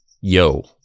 yo